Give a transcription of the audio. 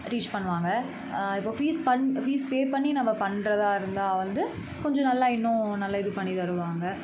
teach பண்ணுவாங்கள் இப்போது fees பண் ஃபீஸ் பே பண்ணி நம்ம பண்ணுறதா இருந்தால் வந்து கொஞ்சம் நல்லா இன்னும் நல்லா இது பண்ணித் தருவாங்கள்